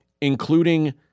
including